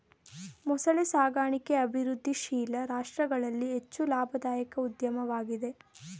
ಮೊಸಳೆ ಸಾಕಣಿಕೆ ಅಭಿವೃದ್ಧಿಶೀಲ ರಾಷ್ಟ್ರಗಳಲ್ಲಿ ಹೆಚ್ಚು ಲಾಭದಾಯಕ ಉದ್ಯಮವಾಗಿದೆ